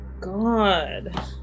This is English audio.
God